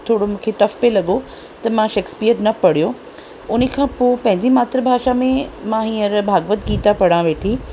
थोरो मूंखे टफ़ पिए लॻो त मां शेक्सपीअर न पढ़ियो उन खां पोइ पंहिंजी मातृभाषा में मां हींअर भागवत गीता पढ़ा वेठी